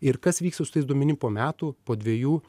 ir kas vyksta su tais duomenim po metų po dviejų